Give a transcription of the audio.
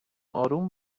آروم